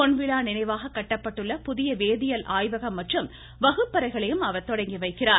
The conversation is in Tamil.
பொன்விழா நினைவாக கட்டப்பட்டுள்ள புதிய வேதியல் ஆய்வகம் மற்றும் வகுப்பறைகளையும் அவர் தொடங்கி வைக்கிறார்